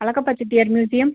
Alagappa Chettiar museum